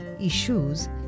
issues